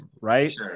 right